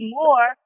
more